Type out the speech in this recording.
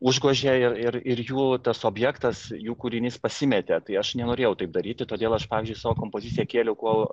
užgožė ir ir ir ir jų tas objektas jų kūrinys pasimetė tai aš nenorėjau taip daryti todėl aš pavyzdžiui savo kompoziciją kėliau kuo